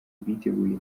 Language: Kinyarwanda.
biteguye